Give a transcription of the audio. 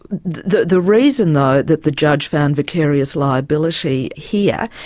the the reason though that the judge found vicarious liability here,